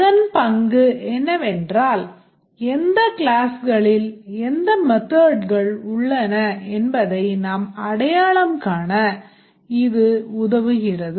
அதன் பங்கு என்னவென்றால் எந்த class களில் எந்த method கள் உள்ளன என்பதை அடையாளம் காண இது உதவுகிறது